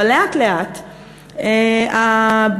אבל לאט-לאט הבעלות,